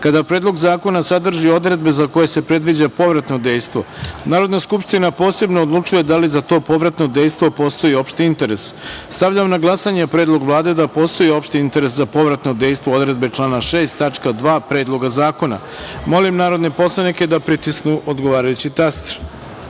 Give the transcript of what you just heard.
kada predlog zakona sadrži odredbe za koje se predviđa povratno dejstvo, Narodna skupština posebno odlučuje da li za to povratno dejstvo postoji opšti interes. Stavljam na glasanje predlog Vlade da postoji opšti interes za povratno dejstvo odredbe člana 6. tačka 2. Predloga zakona. Molim poslanike da pritisnu odgovarajući